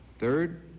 Third